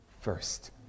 first